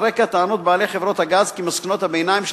על רקע טענות בעלי חברות הגז כי מסקנות הביניים של